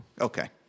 Okay